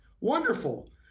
wonderful